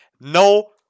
No